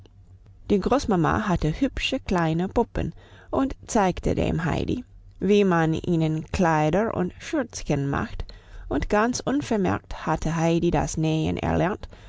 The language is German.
die großmama hatte hübsche kleine puppen und zeigte dem heidi wie man ihnen kleider und schürzchen macht und ganz unvermerkt hatte heidi das nähen erlernt